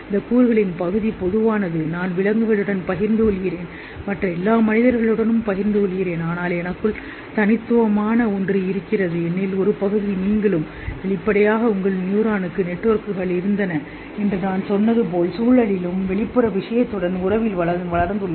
இந்த கூறுகளின் பகுதி பொதுவானது நான் விலங்குகளுடன் பகிர்ந்து கொள்கிறேன் மற்ற எல்லா மனிதர்களுடனும் பகிர்ந்து கொள்கிறேன் ஆனால் எனக்குள் தனித்துவமான ஒன்று இருக்கிறது என்னில் ஒரு பகுதி நீங்களும் வெளிப்படையாக உங்கள் நியூரானுக்கு நெட்வொர்க்குகள் இருந்தன என்று நான் சொன்னது போல் சூழலிலும் வெளிப்புற விஷயத்துடனும் உறவில் வளர்ந்துள்ளது